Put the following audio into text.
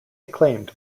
acclaimed